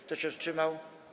Kto się wstrzymał?